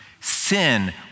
Sin